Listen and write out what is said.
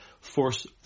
force